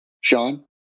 Sean